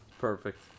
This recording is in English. perfect